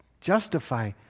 justify